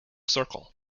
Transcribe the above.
circle